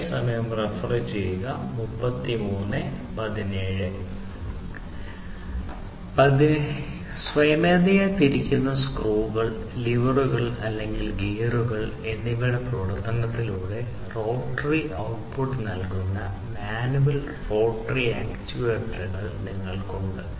സ്വമേധയാ തിരിക്കുന്ന സ്ക്രൂകൾ ലിവറുകൾ അല്ലെങ്കിൽ ഗിയറുകൾ ഗിയറുകൾ എന്നിവയുടെ വിവർത്തനത്തിലൂടെ റോട്ടറി ഔട്ട്പുട്ട് നിങ്ങൾക്ക് ഉണ്ട്